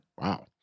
Wow